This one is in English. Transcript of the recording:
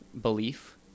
belief